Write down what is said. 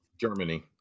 Germany